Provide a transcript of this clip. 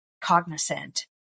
cognizant